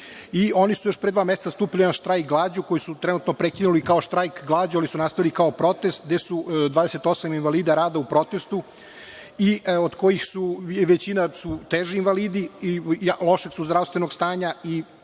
oni su još pre dva meseca stupili u štrajk glađu, koji su trenutno prekinuli kao štrajk glađu, ali su nastavili protest, gde je 28 invalida rada u protestu. To su teži invalidi i lošeg su zdravstvenog stanja.